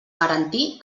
garantir